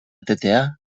etetea